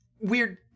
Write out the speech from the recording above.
weird